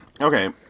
Okay